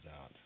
out